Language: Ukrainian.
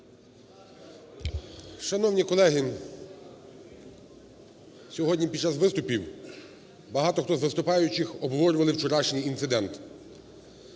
Шановні колеги! Сьогодні під час виступів багато хто з виступаючих обговорювали вчорашній інцидент.